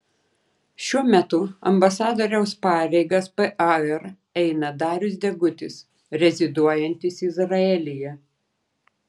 šiuo metu ambasadoriaus pareigas par eina darius degutis reziduojantis izraelyje